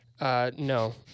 No